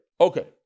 Okay